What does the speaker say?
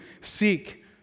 seek